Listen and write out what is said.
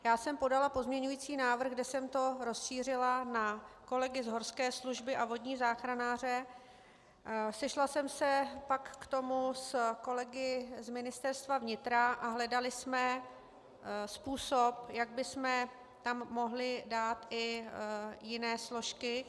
Já jsem podala pozměňovací návrh, kde jsem to rozšířila na kolegy z horské služby a vodní záchranáře, sešla jsem se pak k tomu s kolegy z Ministerstva vnitra a hledali jsme způsob, jak bychom tam mohli dát i jiné složky.